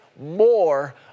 more